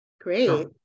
Great